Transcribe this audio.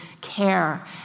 care